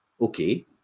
Okay